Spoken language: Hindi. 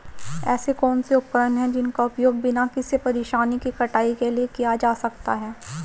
ऐसे कौनसे उपकरण हैं जिनका उपयोग बिना किसी परेशानी के कटाई के लिए किया जा सकता है?